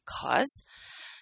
cause